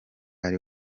ari